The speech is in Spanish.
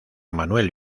manuel